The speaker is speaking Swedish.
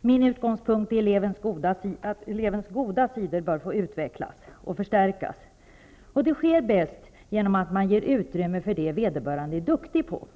Min utgångspunkt är att elevens goda sidor bör få utvecklas och förstärkas, och det sker bäst genom att man ger utrymme för det vederbörande är duktig på.